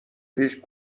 پیش